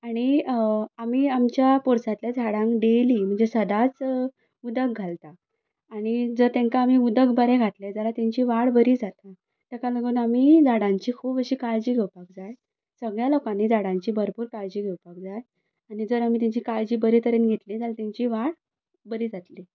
आनी आमी आमच्या पोरसांतल्या झाडांक डेयली म्हणचे सदांच उदक घालता आनी जर तांकां आमी उदक बरें घातलें जाल्यार तेंची वाड बरी जाता तेका लागून आमी झाडांची खूब अशी काळजी घेवपाक जाय सगळ्या लोकांनी झाडांची भरपूर काळजी घेवपाक जाय आनी जर आमी तांची काळजी बरे तरेन घेतली जाल्यार तांची वाड बरी जातली